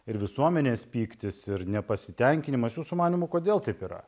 ir visuomenės pyktis ir nepasitenkinimas jūsų manymu kodėl taip yra